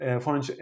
foreign